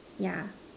yeah